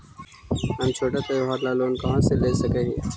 हम छोटा त्योहार ला लोन कहाँ से ले सक ही?